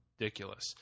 ridiculous